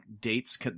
dates